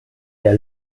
der